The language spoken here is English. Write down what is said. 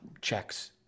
checks